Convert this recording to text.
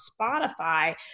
Spotify